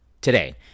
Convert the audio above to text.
today